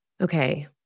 okay